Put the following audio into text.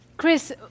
Chris